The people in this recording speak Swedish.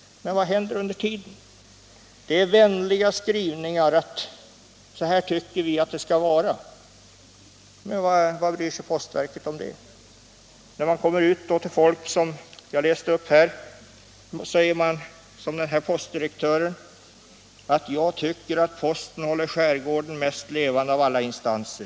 Men vad händer under tiden? Det är vänliga skrivningar om att så här tycker vi att det skall vara — men vad bryr sig postverket om det? Man kommer ju ut till folk som den här postdirektören, som jag talade om tidigare, som säger: Jag tycker att posten håller skärgården mest levande av alla instanser.